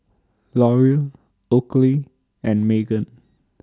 L'Oreal Oakley and Megan